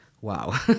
wow